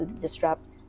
disrupt